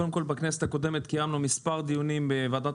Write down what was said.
קודם כל בכנסת הקודמת קיימנו מספר דיונים בוועדת